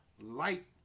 light